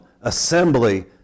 assembly